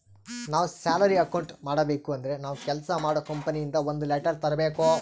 ನಾವ್ salary account ಮಾಡಬೇಕು ಅಂದ್ರೆ ನಾವು ಕೆಲ್ಸ ಮಾಡೋ ಕಂಪನಿ ಇಂದ ಒಂದ್ ಲೆಟರ್ ತರ್ಬೇಕು